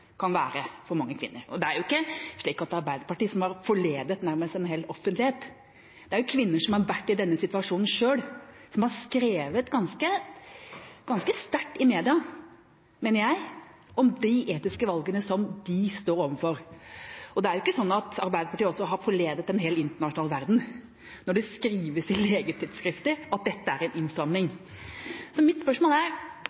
kvinner som har vært i denne situasjonen selv, som har skrevet ganske sterkt i media – mener jeg – om de etiske valgene de står overfor. Det er heller ikke slik at Arbeiderpartiet har forledet en hel internasjonal verden – når det skrives i legetidsskrifter at dette er en